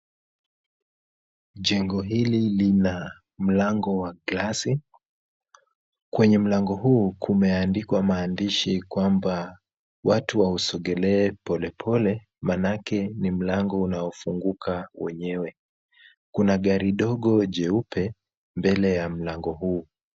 Jengo hili lina mlango wa glasi. Kwenye mlango huu kumeandikwa maandishi kwamba watu wausogelee polepole manake ni mlango unaofunguka wenyewe. Kuna gari dogo jeupe mbele ya mlango huu.